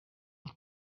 ich